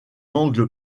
angle